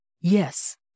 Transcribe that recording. Yes